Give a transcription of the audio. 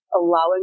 allowing